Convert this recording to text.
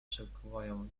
przykuwają